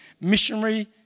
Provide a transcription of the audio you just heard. missionary